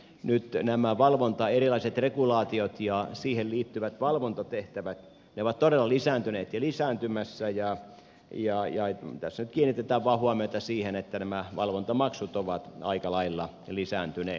nyt erilaiset regulaatiot ja niihin liittyvät valvontatehtävät ovat todella lisääntyneet ja lisääntymässä ja tässä nyt kiinnitetään vain huomiota siihen että nämä valvontamaksut ovat aika lailla lisääntyneet